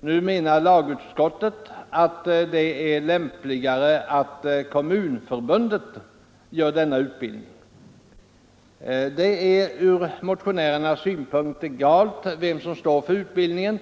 Nu menar lagutskottet att det är lämpligare att Kommunförbundet genomför denna utbildning. Det är ur motionärernas synpunkt egalt vem som står för utbildningen.